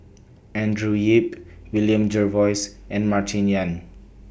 Andrew Yip William Jervois and Martin Yan